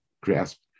grasp